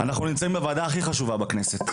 אנחנו נמצאים בוועדה החשובה ביותר בכנסת.